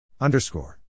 Underscore